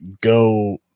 go